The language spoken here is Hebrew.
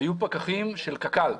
היו פקחים של קק"ל.